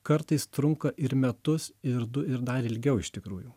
kartais trunka ir metus ir du ir dar ilgiau iš tikrųjų